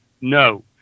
No